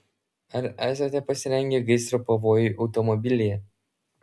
ar esate pasirengę gaisro pavojui automobilyje